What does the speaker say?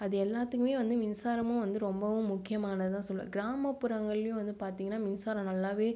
அது எல்லாத்தையுமே வந்து மின்சாரமும் வந்து ரொம்பவும் முக்கியமானது தான் சொல்லுவேன் கிராமப்புறங்கள்லியும் வந்து பார்த்தீங்கனா மின்சாரம் நல்லாவே